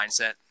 mindset